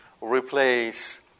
replace